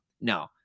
No